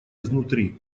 изнутри